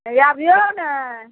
ए आबियौ ने